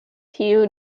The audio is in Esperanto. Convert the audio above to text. tio